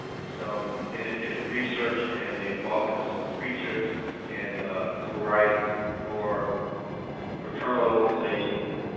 some independent research and the involvement of some preachers and civil rights or fraternal organizations,